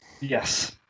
Yes